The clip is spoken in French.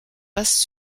passe